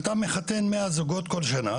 אתה מחתן מאה זוגות כל שנה,